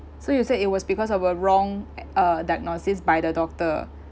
so you said it was because of a wrong uh diagnosis by the doctor